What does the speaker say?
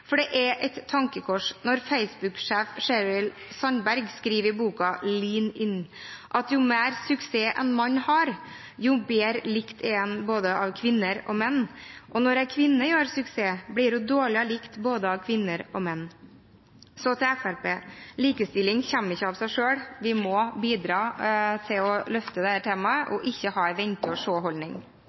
Det er et tankekors når Facebook-sjef Sheryl Sandberg i boken «Lean in» skriver at jo mer suksess en mann har, jo bedre likt er han av både kvinner og menn. Når en kvinne gjør suksess, blir hun dårlig likt av både kvinner og menn. Så til Fremskrittspartiet: Likestilling kommer ikke av seg selv. Vi må bidra til å løfte dette temaet og ikke ha en vente-og-se-holdning. Vi står på kjempers skuldre – mange modige kvinner, og